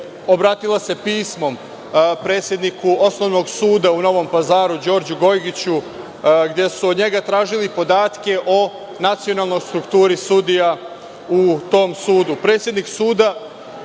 obratila pismom predsedniku Osnovnog suda u Novom Pazaru Đorđu Gojgiću gde su od njega tražili podatke o nacionalnoj strukturi sudija u tom sudu.